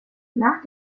nach